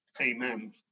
Amen